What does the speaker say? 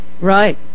Right